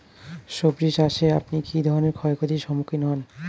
সবজী চাষে আপনি কী ধরনের ক্ষয়ক্ষতির সম্মুক্ষীণ হন?